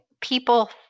people